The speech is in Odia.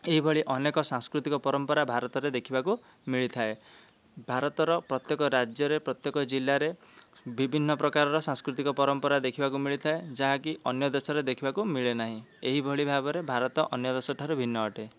ଏହିଭଳି ଅନେକ ସାଂସ୍କୃତିକ ପରମ୍ପରା ଭାରତରେ ଦେଖିବାକୁ ମିଳିଥାଏ ଭାରତର ପ୍ରତ୍ୟେକ ରାଜ୍ୟରେ ପ୍ରତ୍ୟେକ ଜିଲ୍ଲାରେ ବିଭିନ୍ନ ପ୍ରକାରର ସାଂସ୍କୃତିକ ପରମ୍ପରା ଦେଖିବାକୁ ମିଳିଥାଏ ଯାହାକି ଅନ୍ୟ ଦେଶରେ ଦେଖିବାକୁ ମିଳେ ନାହିଁ ଏହିଭଳି ଭାବରେ ଭାରତ ଅନ୍ୟ ଦେଶଠାରୁ ଭିନ୍ନ ଅଟେ